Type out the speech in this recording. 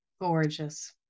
Gorgeous